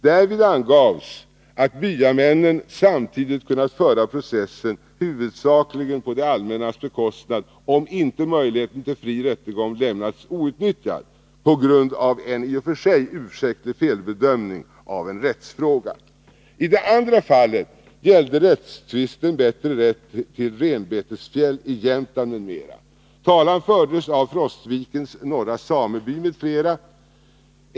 Därvid angavs att byamännen samtidigt kunnat föra processen huvudsakligen på det allmännas bekostnad, om inte möjligheten till fri rättegång lämnats outnyttjad på grund av en i och för sig ursäktlig felbedömning av en rättsfråga. I det andra fallet gällde rättstvisten bättre rätt till renbetesfjäll i Jämtland m.m. Talan fördes av Frostvikens norra sameby m.fl.